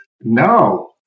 No